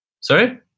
sorry